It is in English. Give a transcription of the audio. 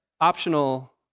optional